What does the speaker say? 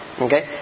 Okay